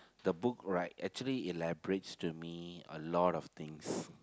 the book right actually elaborates to me a lot of things